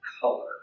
color